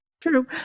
True